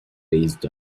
based